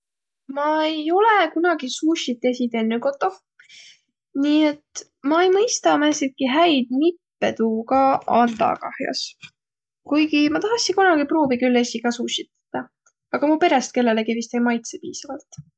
Ma ei olõq kunagi sushit esiq tennüq kotoh, nii et ma ei mõistaq tuuga määntsitki häid nippe andaq kah'os, kuigi ma tahassiq kunagi pruuviq külh esiq kah sushit tetäq, a mu perest kellelgi vast ei maitsõq piisavalt.